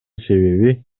себеби